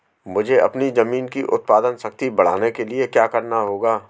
मुझे अपनी ज़मीन की उत्पादन शक्ति बढ़ाने के लिए क्या करना होगा?